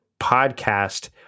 Podcast